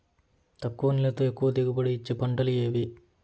తక్కువ నీళ్లతో ఎక్కువగా దిగుబడి ఇచ్చే పంటలు ఏవి?